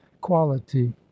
quality